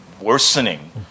worsening